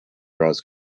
draws